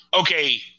Okay